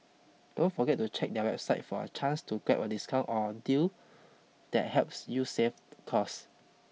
don't forget to check their website for a chance to grab a discount or deal that helps you save cost